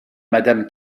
madame